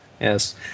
Yes